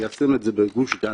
ליישם את זה בגוש דן.